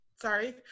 sorry